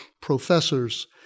professors